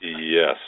Yes